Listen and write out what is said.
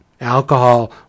alcohol